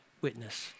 witness